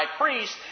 Priest